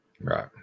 Right